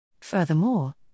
Furthermore